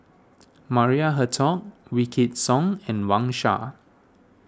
Maria Hertogh Wykidd Song and Wang Sha